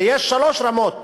הרי יש שלוש רמות